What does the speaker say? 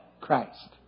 Christ